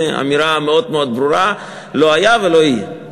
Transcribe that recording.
הנה, אמירה מאוד ברורה, לא היה ולא יהיה.